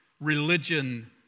religion